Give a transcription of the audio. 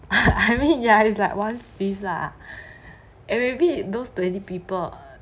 I mean ya is like one fifth lah and maybe those twenty people